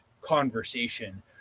conversation